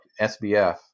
SBF